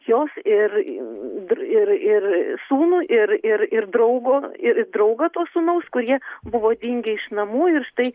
jos ir ir ir sūnų ir ir ir draugą ir draugą to sūnaus kurie buvo dingę iš namų ir štai